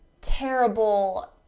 terrible